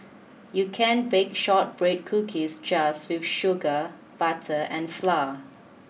you can bake shortbread cookies just with sugar butter and flour